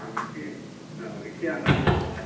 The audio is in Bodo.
आं एसे औ एसे आन्दासाव दं नालाय